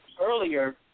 earlier